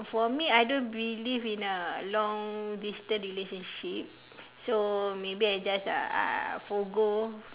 for me I don't believe in a long distant relationship so maybe I just uh forgo